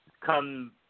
Come